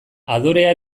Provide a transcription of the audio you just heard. adorea